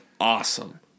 awesome